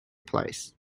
place